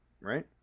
right